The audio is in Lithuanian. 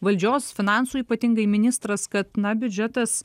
valdžios finansų ypatingai ministras kad na biudžetas